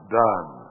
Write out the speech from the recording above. done